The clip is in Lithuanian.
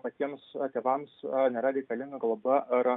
patiems tėvams nėra reikalinga globa ar